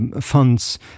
funds